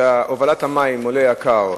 ששם הובלת המים עולה הרבה,